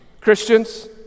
Christians